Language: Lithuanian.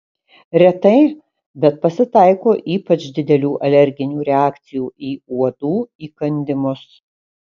retai bet pasitaiko ypač didelių alerginių reakcijų į uodų įkandimus